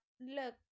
look